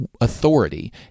authority